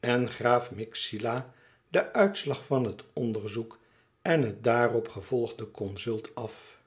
en graaf myxila den uitslag van het onderzoek en het daarop gevolgde consult af